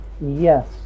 yes